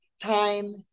time